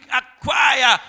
acquire